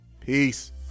peace